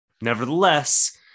Nevertheless